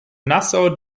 nassau